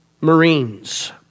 Marines